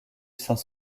saint